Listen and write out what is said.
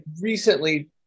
recently